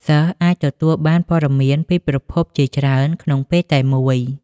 សិស្សអាចទទួលបានព័ត៌មានពីប្រភពជាច្រើនក្នុងពេលតែមួយ។